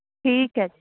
ਠੀਕ ਹੈ ਜੀ